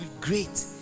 great